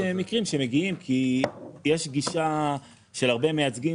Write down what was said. יש מקרים שמגיעים כי יש גישה של הרבה מייצגים,